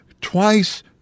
twice